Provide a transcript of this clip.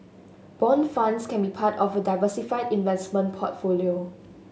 bond funds can be part of a diversified investment portfolio